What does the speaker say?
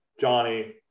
Johnny